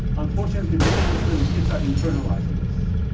unfortunately, many muslim kids are internalizing this.